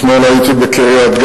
אתמול הייתי בקריית-גת,